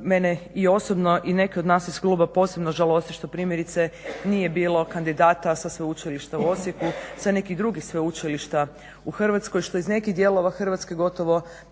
mene i osobno i neke od nas iz kluba posebno žalosti što primjerice nije bilo kandidata sa Sveučilišta u Osijeku i sa nekih drugih sveučilišta u Hrvatskoj, što iz nekih dijelova Hrvatske gotovo da i nije bilo